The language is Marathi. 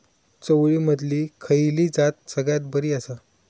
चवळीमधली खयली जात सगळ्यात बरी आसा?